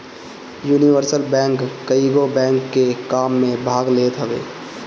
universal bank कईगो bank के काम में भाग लेत हवे